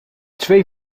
twee